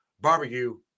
barbecue